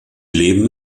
leben